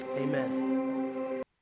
amen